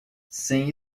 sem